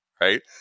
right